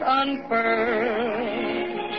unfurled